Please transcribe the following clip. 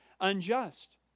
unjust